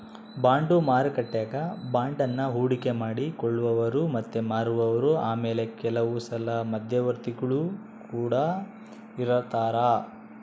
bond ಮಾರುಕಟ್ಟೆಗ ಬಾಂಡನ್ನ ಹೂಡಿಕೆ ಮಾಡಿ ಕೊಳ್ಳುವವರು ಮತ್ತೆ ಮಾರುವವರು ಆಮೇಲೆ ಕೆಲವುಸಲ ಮಧ್ಯವರ್ತಿಗುಳು ಕೊಡ ಇರರ್ತರಾ